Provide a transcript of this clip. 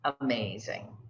amazing